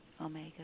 Omega